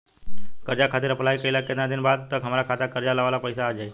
कर्जा खातिर अप्लाई कईला के केतना दिन बाद तक हमरा खाता मे कर्जा वाला पैसा आ जायी?